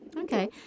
Okay